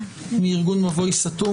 מארגון "מבוי סתום",